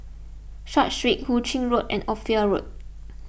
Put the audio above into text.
Short Street Hu Ching Road and Ophir Road